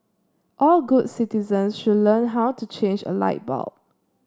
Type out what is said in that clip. all good citizens should learn how to change a light bulb